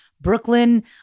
Brooklyn